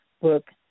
book